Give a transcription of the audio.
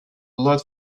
blood